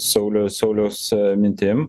sauliaus sauliaus mintim